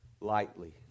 lightly